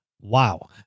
Wow